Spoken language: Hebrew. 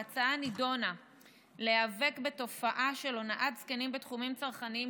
ההצעה נועדה להיאבק בתופעה של הונאת זקנים בתחומים צרכניים